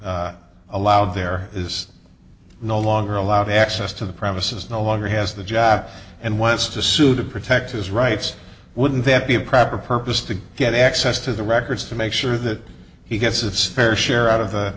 longer allowed there is no longer allowed access to the premises no longer has the job and wants to sue to protect his rights wouldn't that be a proper purpose to get access to the records to make sure that he gets its fair share out of